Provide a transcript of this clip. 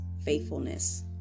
faithfulness